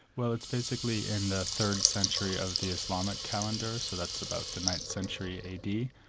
well it's basically in the third century of the islamic calendar, so that's about the ninth century a. d,